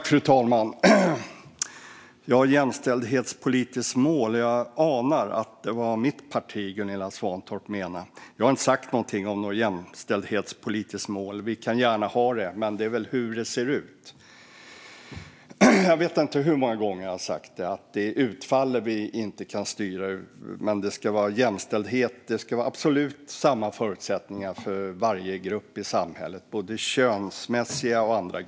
Fru talman! Jämställdhetspolitiskt mål - jag anar att det var mitt parti Gunilla Svantorp menade. Jag har inte sagt någonting om något jämställdhetspolitiskt mål. Vi kan gärna ha det, men det viktiga är hur det ser ut. Jag vet inte hur många gånger jag har sagt att utfallet kan vi inte styra men att det ska vara jämställdhet. Det ska vara absolut samma förutsättningar för varje grupp i samhället, både könsmässiga och andra.